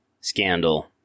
scandal